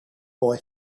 boy